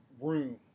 room